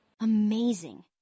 Amazing